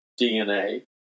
DNA